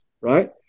right